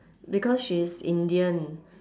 because she's indian